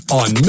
on